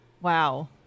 Wow